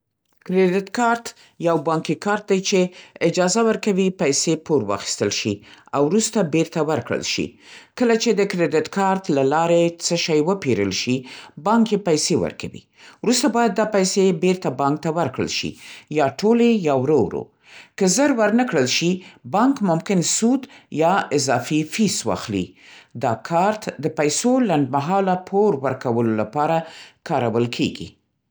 کریډیټ کارت یو بانکي کارت دی چې اجازه ورکوي پیسې پور واخیستل شي او وروسته بېرته ورکړل شي. کله چې د کریډیټ کارت له لارې څه شی وپېرل شي، بانک یې پیسې ورکوي. وروسته باید دا پیسې بېرته بانک ته ورکړل شي. یا ټولې، یا ورو ورو. که زر ورنه کړل شي، بانک ممکن سود یا اضافي فیس واخلي. دا کارت د پیسو لنډمهاله پور ورکولو لپاره کارول کېږي.